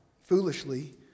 Foolishly